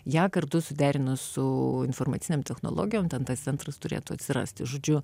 ją kartu suderinus su informacinėm technologijom ten tas centras turėtų atsirasti žodžiu